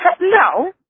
No